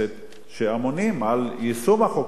שאמונים על יישום החוקים האלה,